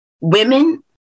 women